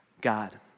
God